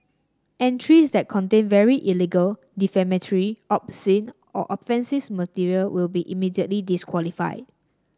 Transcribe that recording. entries that contain very illegal defamatory obscene or offences material will be immediately disqualified